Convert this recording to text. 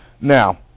Now